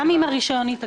גם אם הרישיון התעכב.